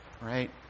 right